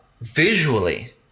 visually